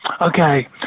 Okay